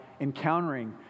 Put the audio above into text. encountering